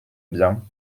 bien